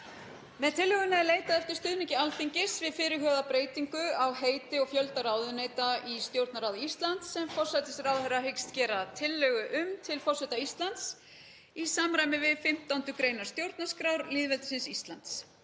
Með tillögunni er leitað eftir stuðningi Alþingis við fyrirhugaða breytingu á heiti og fjölda ráðuneyta í Stjórnarráði Íslands sem forsætisráðherra hyggst gera tillögu um til forseta Íslands í samræmi við 15. gr. stjórnarskrár lýðveldisins Íslands.